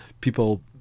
People